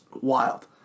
wild